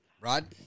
Rod